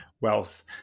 wealth